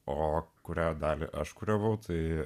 o kurią dalį aš kuravau tai